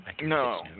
No